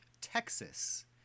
texas